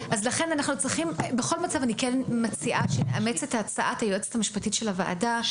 ולכן אני מציעה לאמץ את ההצעה של היועצת המשפטית של הוועדה,